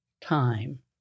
time